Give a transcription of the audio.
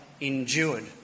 endured